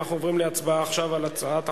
אנחנו לא מוסיפים, אבל נרשם.